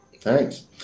Thanks